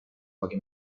pochi